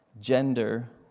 gender